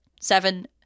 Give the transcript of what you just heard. Seven